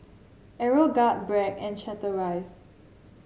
Aeroguard Bragg and Chateraise